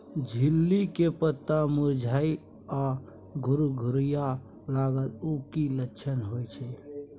झिंगली के पत्ता मुरझाय आ घुघरीया लागल उ कि लक्षण होय छै?